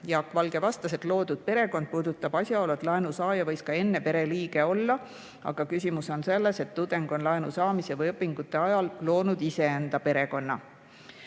Jaak Valge vastas, et "loodud perekond" lähtub asjaolust, et laenusaaja võis ka enne pereliige olla, aga [silmas peetakse] seda, et tudeng on laenu saamise ja õpingute ajal loonud iseenda perekonna.